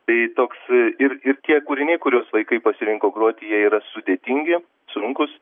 tai toks ir ir tie kūriniai kuriuos vaikai pasirinko groti jie yra sudėtingi sunkūs